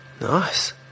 Nice